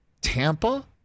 Tampa